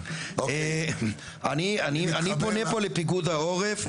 אני פונה פה לפיקוד העורף,